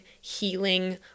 healing